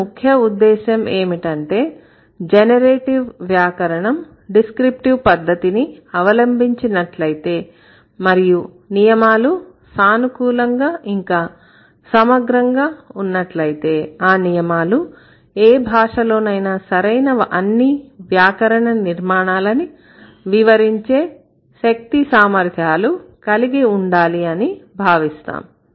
మన ముఖ్య ఉద్దేశ్యం ఏంటంటే జనరేటివ్ వ్యాకరణం డిస్క్రిప్టివ్ పద్ధతిని అవలంబించి నట్లయితే మరియు నియమాలు సానుకూలంగా ఇంకా సమగ్రంగా ఉన్నట్లయితే ఆ నియమాలు ఏ భాషలోనైనా సరైన అన్ని వ్యాకరణ నిర్మాణాలని వివరించే శక్తి సామర్థ్యాలు కలిగి ఉండాలి అని భావిస్తాం